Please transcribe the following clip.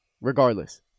regardless